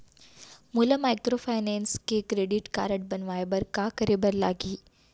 मोला माइक्रोफाइनेंस के credit card बनवाए बर का करे बर लागही?